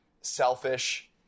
selfish